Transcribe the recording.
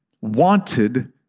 wanted